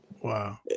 Wow